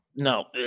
No